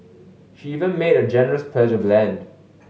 she even made a generous pledge of land